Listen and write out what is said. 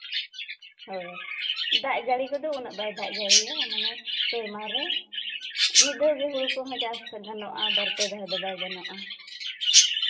ᱦᱳᱭ ᱫᱟᱜ ᱡᱟᱹᱲᱤ ᱠᱚᱫᱚ ᱩᱱᱟᱹᱜ ᱵᱟᱭ ᱫᱟᱜ ᱡᱟᱹᱲᱤᱭᱟ ᱢᱟᱱᱮ ᱥᱮᱨᱢᱟ ᱨᱮ ᱢᱤᱫ ᱫᱷᱟᱣ ᱜᱮ ᱦᱩᱲᱩ ᱠᱚᱦᱚᱸ ᱪᱟᱥ ᱜᱟᱱᱚᱜᱼᱟ ᱵᱟᱨ ᱯᱮ ᱫᱷᱟᱣ ᱫᱚ ᱵᱟᱭ ᱜᱟᱱᱚᱜᱼᱟ